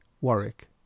Warwick